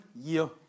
year